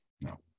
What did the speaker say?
No